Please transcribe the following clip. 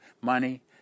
money